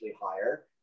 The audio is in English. higher